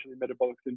metabolic